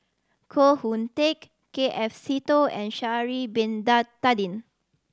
Koh Hoon Teck K F Seetoh and Sha'ari Bin Tadin